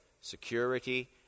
security